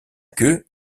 queue